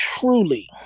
truly